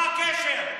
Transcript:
מה הקשר?